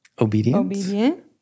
obedient